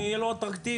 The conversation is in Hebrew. יהיה לו אטרקטיבי,